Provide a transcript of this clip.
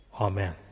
Amen